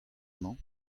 mañ